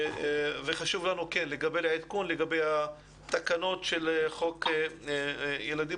וחשוב לנו לקבל עדכון לקבל התקנות של חוק ילדים